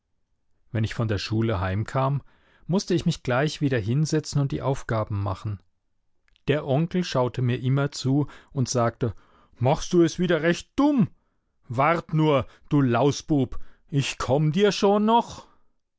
wenn ich von der schule heimkam mußte ich mich gleich wieder hinsetzen und die aufgaben machen der onkel schaute mir immer zu und sagte machst du es wieder recht dumm wart nur du lausbub ich komm dir schon noch